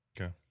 Okay